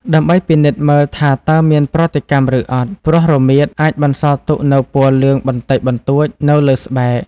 ដើម្បីពិនិត្យមើលថាតើមានប្រតិកម្ម ឬអត់ ព្រោះរមៀតអាចបន្សល់ទុកនូវពណ៌លឿងបន្តិចបន្តួចនៅលើស្បែក។